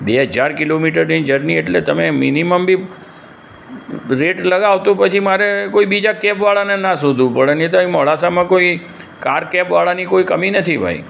બે હજાર કિલોમીટરની જર્ની એટલે તમે મિનિમમ બી રેટ લગાવો તો પછી મારે કોઈ બીજા કૅબવાળાને ના શોધવું પડે નહિંતર અહીં મોડાસામાં કોઈ કાર કૅબવાળાની કોઈ કમી નથી ભાઈ